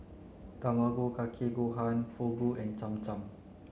Tamago Kake Gohan Fugu and Cham Cham